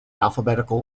alphabetical